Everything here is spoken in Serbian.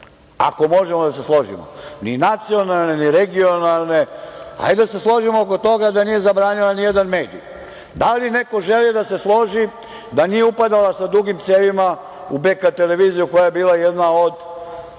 ako možemo da se složimo, ni nacionalne, ni regionalne. Hajde da se složimo oko toga da nije zabranila ni jedan medij. Da li neko želi da se složi da nije upadala sa dugim cevima u BK televiziju koja je bila jedan od,